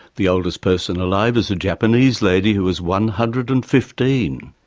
the oldest person alive is a japanese lady who was one hundred and fifteen.